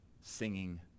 singing